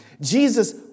Jesus